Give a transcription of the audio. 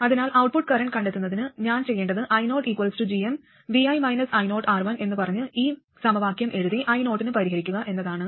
അതിനാൽ output current കണ്ടെത്തുന്നതിന് ഞാൻ ചെയ്യേണ്ടത് iogmvi -ioR1 എന്ന് പറഞ്ഞ് ഈ സമവാക്യം എഴുതി io ന് പരിഹരിക്കുക എന്നതാണ്